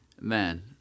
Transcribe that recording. Man